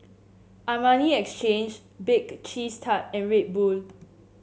Armani Exchange Bake Cheese Tart and Red Bull